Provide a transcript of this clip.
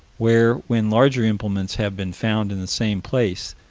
where, when larger implements have been found in the same place,